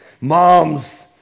Moms